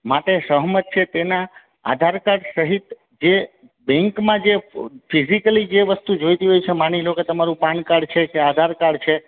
માટે સહમત છે તેના આધાર કાર્ડ સહિત એ બેંકમાં જે ફિઝિકલી જે વસ્તુ જોઈતી હોય છે માની લો કે તમારું પાન કાર્ડ છે કે આધાર કાર્ડ છે